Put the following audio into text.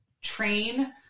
train